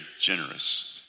generous